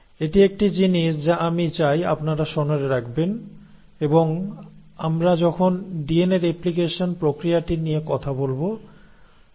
এটি একটি জিনিস যা আমি চাই আপনারা স্মনে রাখবেন এবং আমরা যখন ডিএনএ রেপ্লিকেশন প্রক্রিয়াটি নিয়ে কথা বলব তখন আমি এটিতে ফিরে আসব